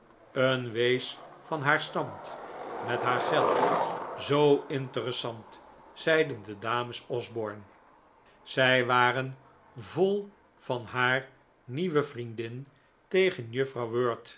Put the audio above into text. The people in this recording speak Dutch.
een wees van haar stand met haar geld zoo interessant zeiden de dames osborne zij waren vol van haar nieuwe vriendin tegen juffrouw wirt